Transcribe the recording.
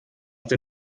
der